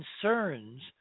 concerns